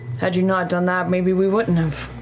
had you not done that, maybe we wouldn't have.